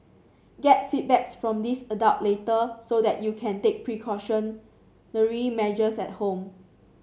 get feedback from these adult later so that you can take precautionary measures at home